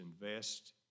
invest